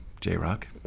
J-Rock